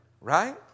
right